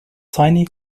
tiny